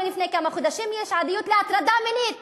יש עדויות על הטרדה מינית